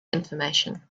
information